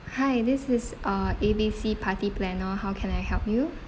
hi this is uh A B C party planner how can I help you